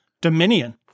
Dominion